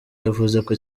yavuzeko